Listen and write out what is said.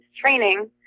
training